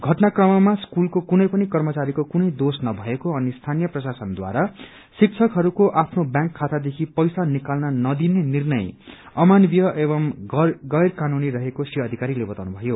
घटना क्रममा स्कूलको कुनै पनि कर्मचारीको कुनै दोष नभएको अनि स्थानीय प्रशासनद्वारा शिक्षकहरूको आफ्नो ब्यांक खातादेखि पैसा निकाल्न नदिने निर्णय अमानवीय एवं गैरकानूनी रहेको श्री अधिकरीले बताउनु भयो